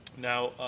Now